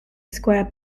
square